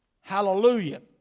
Hallelujah